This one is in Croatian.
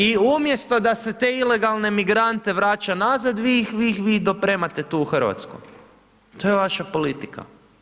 I umjesto da se te ilegalne migrante vraća nazad, vi ih dopremate tu u Hrvatsku, to je vaša politika.